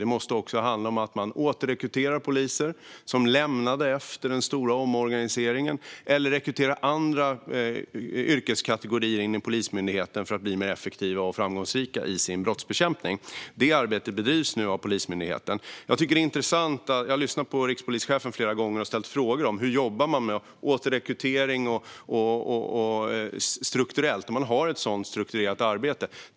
Man måste också återrekrytera poliser som lämnade yrket efter den stora omorganiseringen eller rekrytera från andra yrkeskategorier för att Polismyndigheten ska bli mer effektiv och framgångsrik i sin brottsbekämpning. Det arbetet bedrivs nu av Polismyndigheten. Jag har lyssnat på rikspolischefen flera gånger och ställt frågor om hur man jobbar strukturellt med återrekrytering. Man har ett sådant strukturerat arbete.